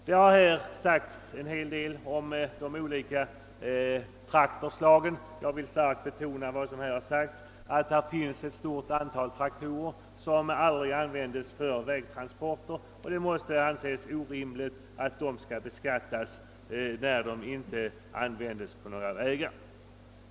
Här har talats en hel del om olika slags traktorer. Jag vill i detta samman hang starkt betona — vilket också sagts tidigare — att det finns ett stort antal traktorer som aldrig används för vägtransporter, varför det måste anses orimligt att beskatta denna traktorgrupp.